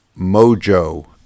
mojo